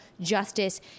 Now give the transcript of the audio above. justice